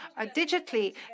digitally